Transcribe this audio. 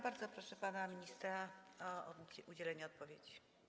Bardzo proszę pana ministra o udzielenie odpowiedzi.